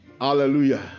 hallelujah